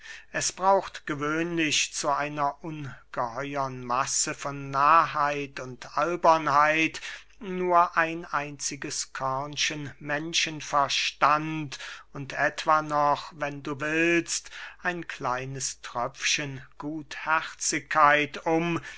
es braucht gewöhnlich zu einer ungeheuren masse von narrheit und albernheit nur ein einziges körnchen menschenverstand und etwa noch wenn du willst ein kleines tröpfchen gutherzigkeit um